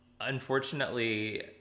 unfortunately